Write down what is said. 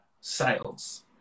sales